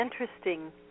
interesting